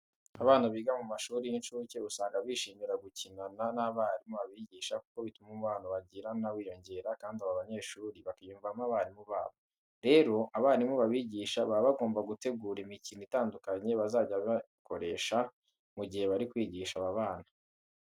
Abana biga mu mashuri y'incuke usanga bishimira gukinana n'abarimu babigisha kuko bituma umubano bagirana wiyongera kandi aba banyeshuri bakiyumvamo abarimu babo. Rero, abarimu babigisha baba bagomba gutegura imikino itandukanye bazajya bakoresho mu gihe bari kwigisha aba bana.